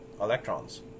electrons